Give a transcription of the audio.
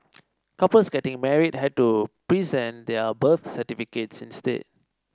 couples getting married had to present their birth certificates instead